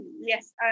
Yes